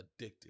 addictive